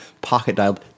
pocket-dialed